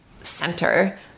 center